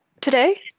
Today